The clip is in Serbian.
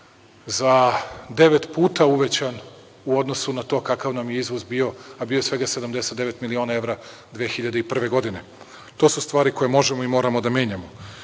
za devet puta uvećan u odnosu na to kakav nam je izvoz bio, a bio je svega 79.000.000 evra 2001. godine. To su stvari koje možemo i moramo da menjamo. Dobri